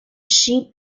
ship